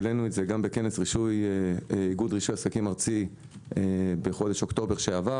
העלינו את זה גם בכנס איגוד רישוי עסקים ארצי בחודש אוקטובר הקודם.